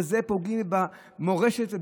בזה פוגעים, במורשת, תודה רבה.